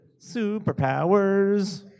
Superpowers